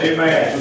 Amen